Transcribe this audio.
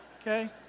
Okay